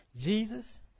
Jesus